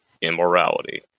immorality